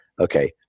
okay